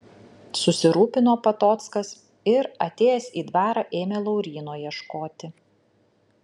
susirūpino patockas ir atėjęs į dvarą ėmė lauryno ieškoti